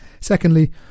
Secondly